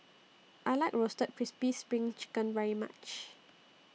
I like Roasted Crispy SPRING Chicken very much